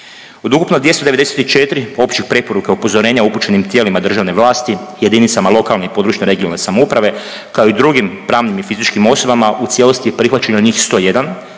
Od ukupno 294 općih preporuka i upozorenja upućenim tijelima državne vlasti, jedinicama lokalne i područne, regionalne samouprave, kao i drugim pravnim i fizičkim osobama, u cijelosti je prihvaćeno njih 101